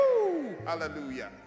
hallelujah